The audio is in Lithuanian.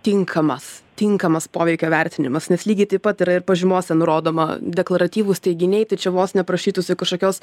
tinkamas tinkamas poveikio vertinimas nes lygiai taip pat yra ir pažymose nurodoma deklaratyvūs teiginiai tai čia vos ne prašytųsi kažkokios